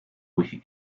wicket